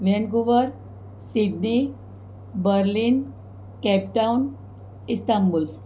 Vancouver Sydney Berlin Cape Town Istanbul